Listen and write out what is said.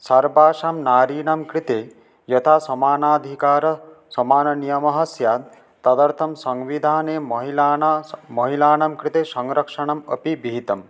सर्वासां नारीणां कृते यथा समानाधिकारः समाननियमः स्यात् तदर्थं संविधाने महिलान् महिलानां कृते संरक्षणम् अपि विहितम्